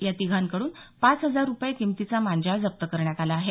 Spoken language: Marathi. या तिघांकड्रन पाच हजार रुपये किंमतीचा मांजा जप्त करण्यात आला आहे